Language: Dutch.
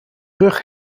rug